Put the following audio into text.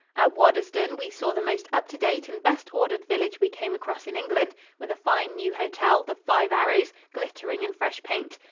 at waddesdon we saw the most up-to-date and best ordered village we came across in england, with a fine new hotel, the five arrows, glittering in fresh paint.